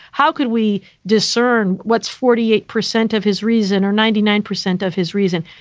how could we discern what's forty eight percent of his reason or ninety nine percent of his reason?